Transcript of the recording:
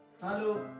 Hello